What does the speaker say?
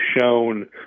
shown